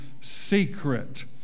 secret